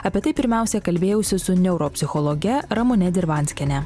apie tai pirmiausia kalbėjausi su neuropsichologe ramune dirvanskiene